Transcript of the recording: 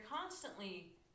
constantly